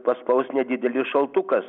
paspaus nedidelis šaltukas